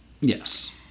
Yes